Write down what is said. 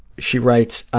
she writes,